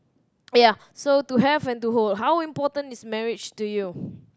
ya to have and to hold how important is marriage to you